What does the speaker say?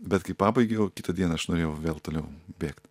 bet kai pabaigiau kitą dieną aš norėjau vėl toliau bėgt